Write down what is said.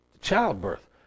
Childbirth